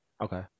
Okay